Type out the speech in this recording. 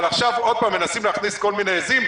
אבל עכשיו עוד פעם מנסים להכניס כל מיני עיזים.